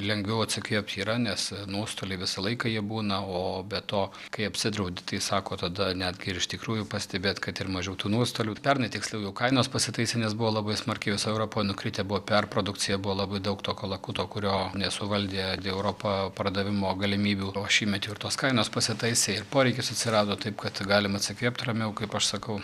lengviau atsikvėpt yra nes nuostoliai visą laiką jie būna o be to kai apsidraudi tai sako tada netgi ir iš tikrųjų pastebėt kad ir mažiau tų nuostolių pernai tiksliau jau kainos pasitaisė nes buvo labai smarkiai visoj europoj nukritę buvo perprodukcija buvo labai daug to kalakuto kurio nesuvaldė europa pardavimo galimybių o šįmet jau ir tos kainos pasitaisė ir poreikis atsirado taip kad galim atsikvėpt ramiau kaip aš sakau